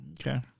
Okay